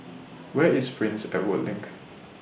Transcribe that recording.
Where IS Prince Edward LINK